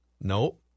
Nope